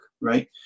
right